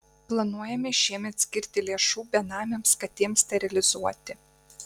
planuojame šiemet skirti lėšų benamėms katėms sterilizuoti